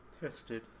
Tested